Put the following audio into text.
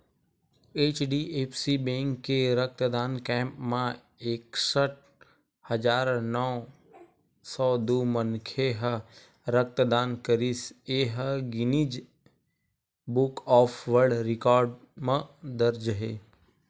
HDFC bank के रक्तदान camp म एकसट हजार नव सौ दू मनखे ह रक्तदान करिस ए ह Guinness book of world record म दर्ज हे